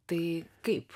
tai kaip